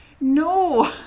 No